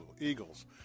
eagles